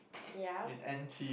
ya